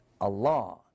Allah